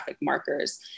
markers